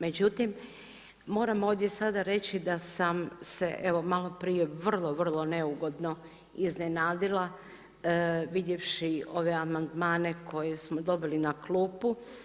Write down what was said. Međutim, moram ovdje sada reći da sam se evo maloprije vrlo, vrlo neugodno iznenadila vidjevši ove amandmane koje smo dobili na klupu.